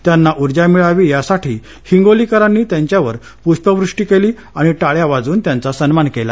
त्यांना ऊर्जा मिळावी यासाठी हिंगोलीकरानी त्यांच्यावर पृष्पवृष्टी केली आणि टाळ्या वाजवून सन्मान केला